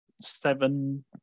Seven